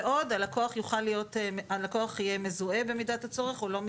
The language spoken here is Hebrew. הלקוח יהיה מזוהה במידת הצורך, או לא מזוהה,